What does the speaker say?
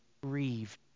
grieved